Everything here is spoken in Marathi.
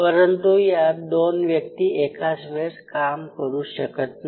परंतु यात दोन व्यक्ती एकाच वेळेस काम करू शकत नाही